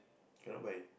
cannot buy